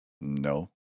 No